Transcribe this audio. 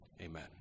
Amen